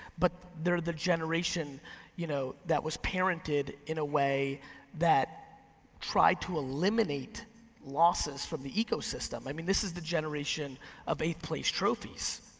but they're the generation you know that was parented in a way that tried to eliminate losses from the ecosystem. i mean this is the generation of eighth place trophies.